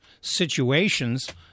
situations